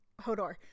Hodor